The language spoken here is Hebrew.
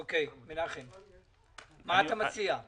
מנחם שפירא, מה אתה מציע?